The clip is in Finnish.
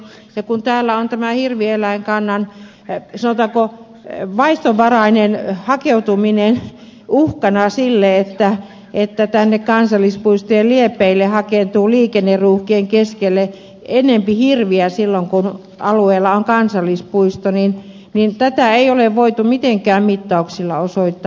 ja kun täällä on tämä hirvieläinkannan sanotaanko vaistonvarainen hakeutuminen uhkana sille että tänne kansallispuistojen liepeille hakeutuu liikenneruuhkien keskelle enemmän hirviä silloin kun alueella on kansallispuisto niin tätä ei ole voitu mitenkään mittauksilla osoittaa